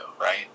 right